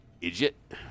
Idiot